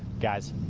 guys.